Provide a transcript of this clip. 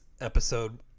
episode